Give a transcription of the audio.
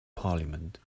parliament